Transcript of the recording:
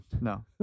no